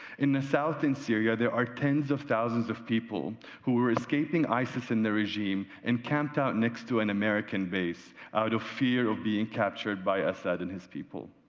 in the south in syrian there are tens of thousands of people who are escaping isis and the regime and cam end out next to an american base out of fear of being captured by asad and his people.